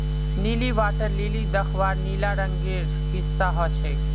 नीली water lily दख्वार नीला रंगेर हिस्सा ह छेक